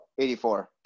84